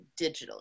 digitally